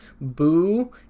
Boo